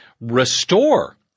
restore